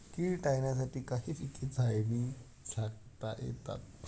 कीड टाळण्यासाठी काही पिके जाळीने झाकता येतात